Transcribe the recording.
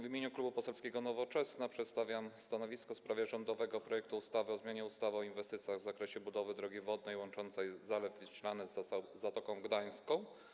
W imieniu Klubu Poselskiego Nowoczesna przedstawiam stanowisko w sprawie rządowego projektu ustawy o zmianie ustawy o inwestycjach w zakresie budowy drogi wodnej łączącej Zalew Wiślany z Zatoką Gdańską.